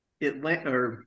Atlanta